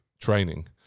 training